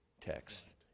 text